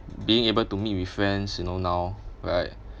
being able to meet with friends you know now right